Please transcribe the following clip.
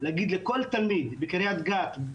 להגיד לכל תלמיד בקרית גת,